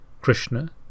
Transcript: Krishna